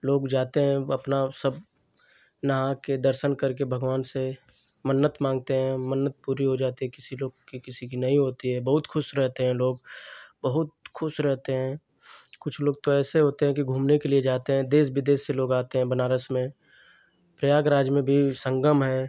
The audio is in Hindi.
लोग जाते हैं अपना सब नहा के दर्शन करके भगवान से मन्नत माँगते हैं मन्नत पूरी हो जाती है किसी लोग की किसी की नही होती है बहुत खुश रहते हैं लोग बहुत खुश रहते हैं कुछ लोग तो ऐसे होते हैं कि घूमने के लिए जाते हैं देश विदेश से लोग आते हैं बनारस में प्रयागराज में भी संगम है